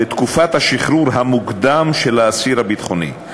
לתקופת השחרור המוקדם של האסיר הביטחוני,